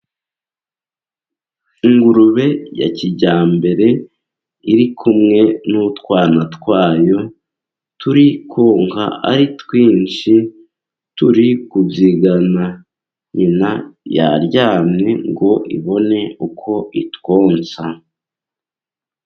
Ingurube ya kijyambere iri kumwe n'utwana twayo turi konka ari twinshi. Turi kubyigana , nyina yaryamye ngo ibone uko itwonsa.